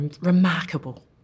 remarkable